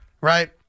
right